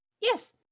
Yes